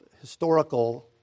historical